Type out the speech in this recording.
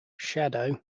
shadow